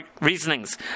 reasonings